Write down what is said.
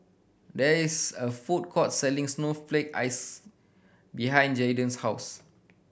there is a food court selling snowflake ice behind Jaiden's house